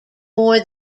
more